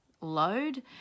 load